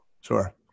Sure